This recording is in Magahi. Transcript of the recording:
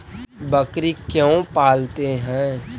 बकरी क्यों पालते है?